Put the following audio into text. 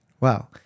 Wow